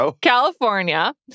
California